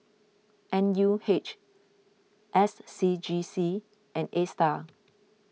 N U H S C G C and Astar